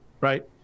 right